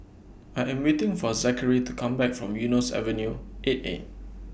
I Am waiting For Zachary to Come Back from Eunos Avenue eight A